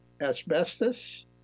asbestos